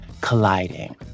colliding